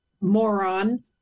moron